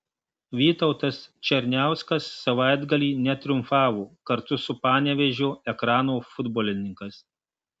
vytautas černiauskas savaitgalį netriumfavo kartu su panevėžio ekrano futbolininkais